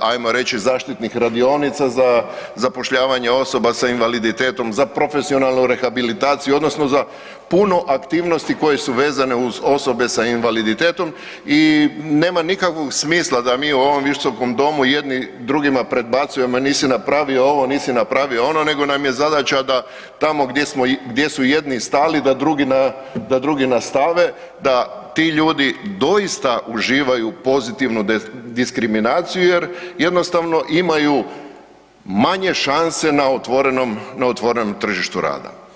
ajmo reći, zaštitnih radionica za zapošljavanje osoba s invaliditetom, za profesionalnu rehabilitaciju, odnosno za puno aktivnosti koje su vezane za osobe s invaliditetom i nema nikakvom smisla da mi u ovom Visokom domu jedni drugima predbacujemo, nisi napravio ovo, nisi napravio ono, nego nam je zadaća da tamo gdje su jedni stali, da drugi nastave, da ti ljudi doista uživaju pozitivnu diskriminaciju jer jednostavno imaju manje šanse na otvorenom tržištu rada.